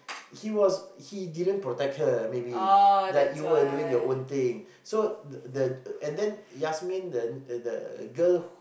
he was he didn't protect her maybe like you were doing your own thing so the and then he ask me the the the girl